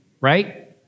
right